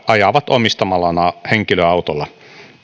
ajavat omistamallaan henkilöautolla